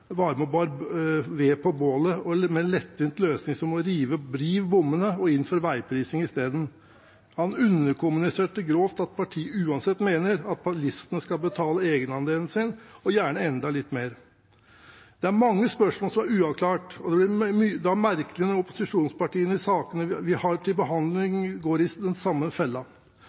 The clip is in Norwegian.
var litt nedtur da partileder Jonas Gahr Støre var med og bar ved til bålet med en lettvint løsning: å rive bommene og innføre veiprising isteden. Han underkommuniserte grovt at partiet uansett mener at bilistene skal betale egenandelen sin, og gjerne enda litt mer. Mange spørsmål står uavklart, og det blir merkelig når opposisjonspartiene i sakene vi har til behandling, går i den samme fella.